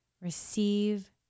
receive